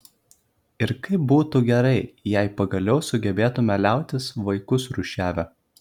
ir kaip būtų gerai jei pagaliau sugebėtume liautis vaikus rūšiavę